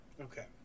Okay